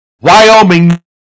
Wyoming